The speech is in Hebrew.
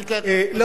אני כעת לא,